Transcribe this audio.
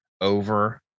over